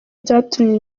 byatumye